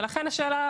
ולכן השאלה,